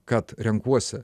kad renkuosi